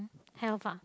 health ah